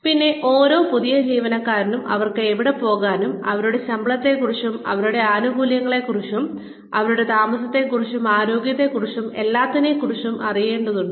പിന്നെ ഓരോ പുതിയ ജീവനക്കാരനും അവർക്ക് എവിടെ പോകാം അവരുടെ ശമ്പളത്തെക്കുറിച്ചും അവരുടെ ആനുകൂല്യങ്ങളെക്കുറിച്ചും അവരുടെ താമസത്തെക്കുറിച്ചും ആരോഗ്യത്തെക്കുറിച്ചും എല്ലാത്തിനേം കുറിച്ചും അറിയേണ്ടതുണ്ട്